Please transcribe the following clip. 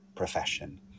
profession